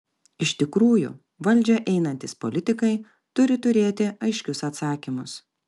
iš tikrųjų valdžią einantys politikai turi turėti aiškius atsakymus